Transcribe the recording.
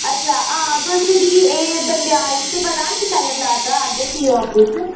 अच्छा हां तुस भी एह् दंदेआल तुसें ई पता निं सैल्लां तलाऽ शा अग्गें सीईओ आफिस